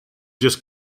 just